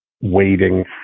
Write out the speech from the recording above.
waiting